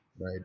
Right